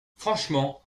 franchement